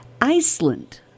Iceland